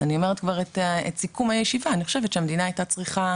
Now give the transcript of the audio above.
אני אומרת כבר את סיכום הישיבה: אני חושבת שהמדינה היתה צריכה